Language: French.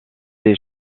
ces